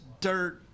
dirt